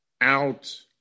out